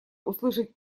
услышать